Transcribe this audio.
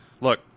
Look